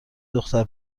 دختر